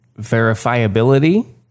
verifiability